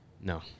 No